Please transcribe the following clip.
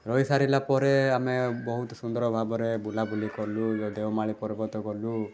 ରହି ସାରିଲା ପରେ ଆମେ ବହୁତ ସୁନ୍ଦର ଭାବରେ ବୁଲାବୁଲି କଲୁ ଦେଓମାଳି ପର୍ବତ ଗଲୁ